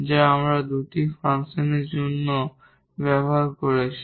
যা আমরা দুটি ফাংশনের জন্যও ব্যবহার করেছি